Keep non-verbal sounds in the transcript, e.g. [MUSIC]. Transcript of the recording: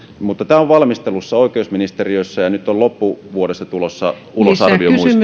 mutta tämä on valmistelussa oikeusministeriössä ja nyt on loppuvuodesta tulossa ulos arviomuistio [UNINTELLIGIBLE]